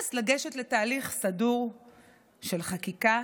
ואז לגשת לתהליך סדור של חקיקה